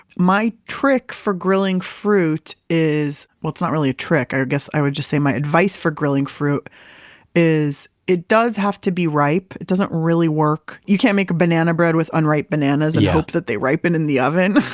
my trick for grilling fruit is, well, it's not really a trick, i guess i would just say my advice for grilling fruit is, it does have to be ripe it doesn't really work, you can't make a banana bread with unripe bananas and hope that they ripen in the oven.